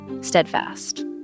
steadfast